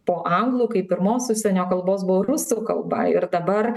po anglų kaip pirmos užsienio kalbos buvo rusų kalba ir dabar